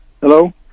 Hello